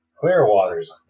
Clearwater's